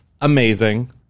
amazing